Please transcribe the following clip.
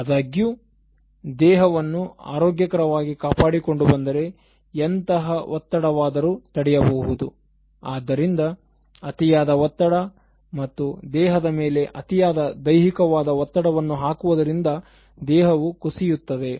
ಆದಾಗ್ಯೂ ದೇಹವನ್ನು ಆರೋಗ್ಯಕರವಾಗಿ ಕಾಪಾಡಿಕೊಂಡು ಬಂದರೆ ಎಂತಹ ಒತ್ತಡ ವಾದರೂ ತಡೆಯಬಹುದು ಆದ್ದರಿಂದ ಅತಿಯಾದ ಒತ್ತಡ ಹಾಗೂ ದೇಹದ ಮೇಲೆ ಅತಿಯಾದ ದೈಹಿಕವಾದ ಒತ್ತಡವನ್ನು ಹಾಕುವುದರಿಂದ ದೇಹವು ಕುಸಿಯುತ್ತದೆ